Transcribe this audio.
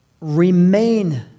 remain